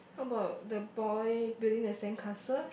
how about the boy building the sandcastle